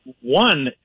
One